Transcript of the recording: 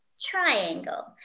triangle